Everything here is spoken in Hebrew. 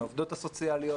עם העובדות הסוציאליות,